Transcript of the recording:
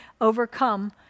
overcome